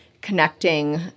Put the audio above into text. connecting